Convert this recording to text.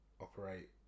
operate